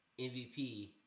MVP